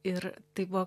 ir tai buvo